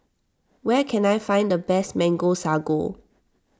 where can I find the best Mango Sago